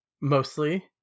mostly